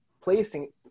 placing